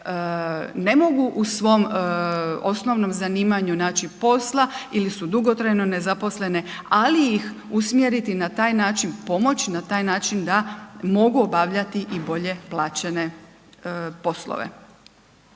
ne mogu u svom osnovnom zanimanju naći posla ili su dugotrajno nezaposlene, ali ih usmjeriti na taj način, pomoć na taj način da mogu obavljati i bolje plaćene poslove.